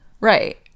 Right